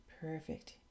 Perfect